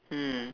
mm